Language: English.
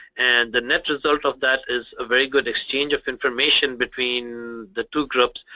and the net result of that is a very good exchange of information between the two groups,